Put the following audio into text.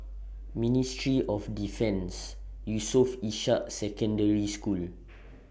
Ministry of Defence Yusof Ishak Secondary School